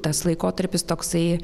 tas laikotarpis toksai